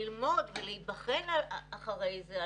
ללמוד ולהיבחן אחרי זה.